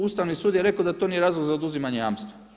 Ustavni sud je rekao da to nije razlog za oduzimanje jamstva.